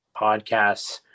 podcasts